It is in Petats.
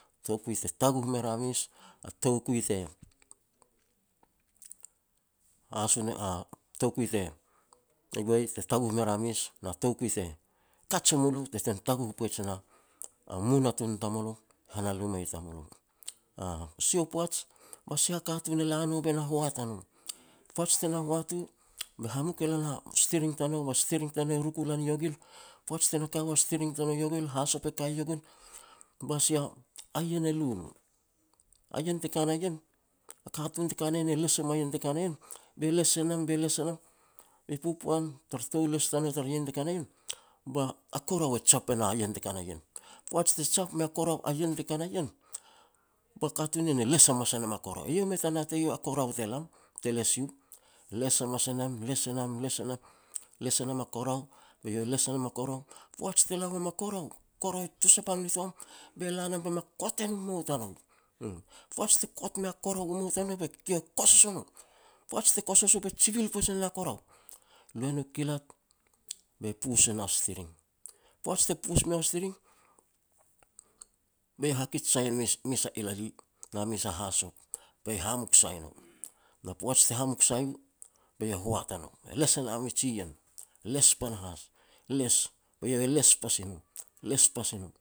toukui te taguh me ria mes, a toukui te haso toukui te taguh me ria mes, na toukui te kaj e mulo te ten taguh poij e na munatun tamulo, han a luma i tamulo. Sia u poaj ba sia katun e la no be na hoat a no, poaj te na hoat u, be hamuk e lan a sitiring tanou, ba sitiring tanou e ruk u lan iogil, poaj te na ka ua sitiring tanou iogil hasop e kai iogil, ba sia ien e lu no. A ien te ka na ien, a katun te ka na ien e les em a ien te ka na ien, be les e nam be les e nam, bi popoan tara tou les tanou tara ien te ka na ien, ba korau e jap e na ien te ka na ien. Poaj te jap mea korao a ien teka na ien, ba katun ni ien, e les hamas a nam a korao. Eiau mei ta natei u a korao te lam, te les iu. Les hamas e nam, les e nam, les e nam, les e nam a korao, be iau e les e nam a korao, poaj te la wam a korao, korao e tusapang nitoam be la nam be me kot e no mou tanou. Poaj te kot mea korao u mou tanou be kosos o no. Poaj te koso u be jibil poij ne na korao. Lu e nu kilat, be pus e na sitiring. Poaj te pus meau a sitiring, be eiau hakij sai na mes a ilali na mes a hasop, be hamuk sai no. Na poaj te hamuk sai u be iau hoat a no, be les e na miji jiien, les pa na has, les, be iau e les pasi no, les pasi no